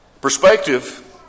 Perspective